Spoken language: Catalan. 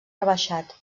rebaixat